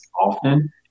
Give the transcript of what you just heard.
often